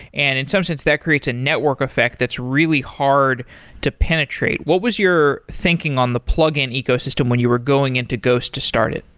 and in some sense, that creates a network effect that's really hard to penetrate. what was your thinking on the plug-in ecosystem when you were going into ghost to start it?